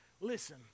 Listen